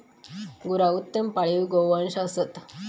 गुरा उत्तम पाळीव गोवंश असत